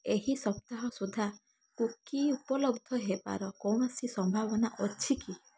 ଏହି ସପ୍ତାହ ସୁଦ୍ଧା କୁକି ଉପଲବ୍ଧ ହେବାର କୌଣସି ସମ୍ଭାବନା ଅଛି କି